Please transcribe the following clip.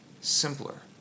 simpler